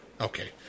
Okay